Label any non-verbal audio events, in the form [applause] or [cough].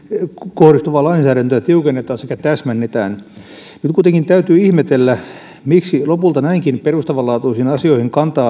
kohdistuvaa lainsäädäntöä tiukennetaan sekä täsmennetään nyt kuitenkin täytyy ihmetellä miksi on kestänyt näin kauan valmistella lopulta näinkin perustavanlaatuisiin asioihin kantaa [unintelligible]